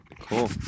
Cool